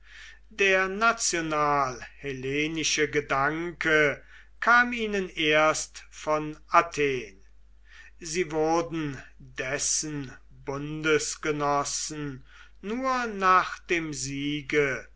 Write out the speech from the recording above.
der national hellenische gedanke kam ihnen erst von athen sie wurden dessen bundesgenossen nur nach dem siege